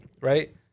Right